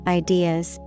ideas